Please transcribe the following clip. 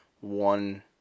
one